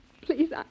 Please